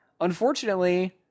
unfortunately